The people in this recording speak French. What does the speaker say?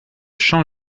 champ